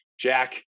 Jack